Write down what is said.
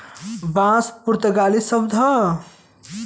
बांस पुर्तगाली शब्द हौ